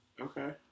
Okay